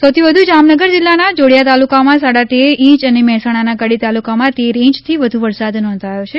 સૌથી વધુ જામનગર જિલ્લાના જોડિયા તાલુકામાં સાડા તેર ઈંચ અને મહેસાણાના કડી તાલુકામાં તેર ઈંચથી વધુ વરસાદ નોંધાયો છે